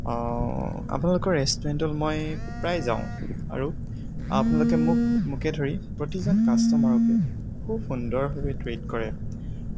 আপোনালোকৰ ৰেষ্টোৰেণ্টত মই প্ৰায়ে যাওঁ আৰু আপোনালোকে মোক মোকে ধৰি প্ৰতিজন কাষ্টমাৰকে খুব সুন্দৰভাৱে ট্ৰিট কৰে